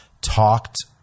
talked